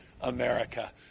America